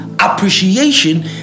appreciation